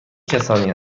کسانی